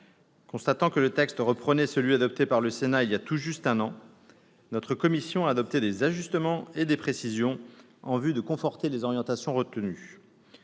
Constatant que le texte reprenait celui adopté par le Sénat il y a tout juste un an, notre commission a adopté des ajustements et des précisions en vue de conforter les orientations retenues.